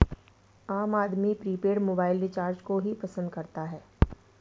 आम आदमी prepaid mobile recharge को ही पसंद करता है